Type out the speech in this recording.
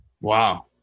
Wow